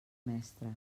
mestres